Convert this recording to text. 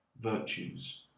virtues